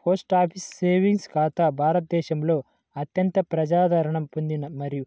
post office savings ఖాతా భారతదేశంలో అత్యంత ప్రజాదరణ పొందిన మరియు